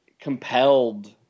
compelled